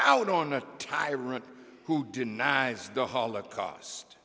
out on a tyrant who denies the holocaust